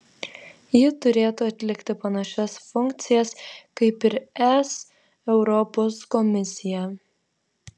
ji turėtų atlikti panašias funkcijas kaip ir es europos komisija